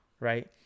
right